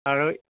আৰু